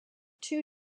two